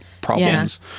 problems